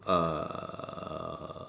uh